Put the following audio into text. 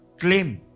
Claim